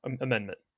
amendment